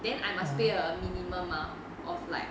then I must be pay like a minimum mah of like